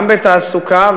גם בתעסוקה,